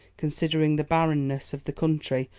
considering the barrenness of the country,